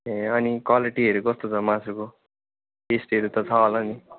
ए अनि क्वालिटीहरू कस्तो छ मासुको टेस्टीहरू त छ होला नि